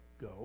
go